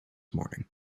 morning